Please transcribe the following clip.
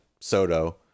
Soto